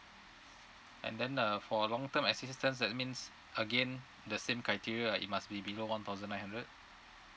and then uh for long term assistance that means again the same criteria ah it must be below one thousand nine hundred